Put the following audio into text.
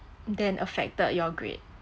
then affected your grade